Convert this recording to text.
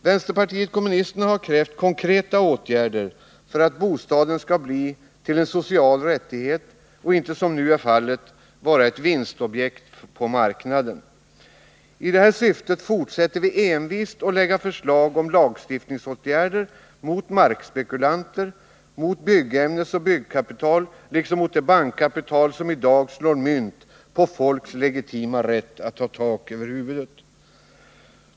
Vänsterpartiet kommunisterna har krävt konkreta åtgärder för att bostaden skall bli till en social rättighet och inte, som nu är fallet, vara ett vinstobjekt på marknaden. I detta syfte fortsätter vi envist att lägga fram förslag om lagstiftningsåtgärder mot markspekulanter, mot byggämnesoch byggkapitalet liksom mot det bankkapital som i dag slår mynt av folks legitima rätt att ha tak över huvudet.